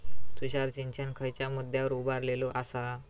तुषार सिंचन खयच्या मुद्द्यांवर उभारलेलो आसा?